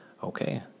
Okay